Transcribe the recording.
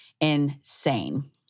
insane